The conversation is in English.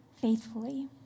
faithfully